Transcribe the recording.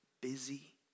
busy